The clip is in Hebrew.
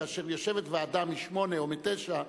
כאשר יושבת ועדה מ-08:00 או מ-09:00,